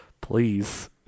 please